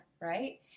Right